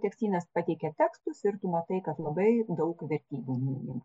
tekstynas pateikia tekstus ir tu matai kad labai daug vertybių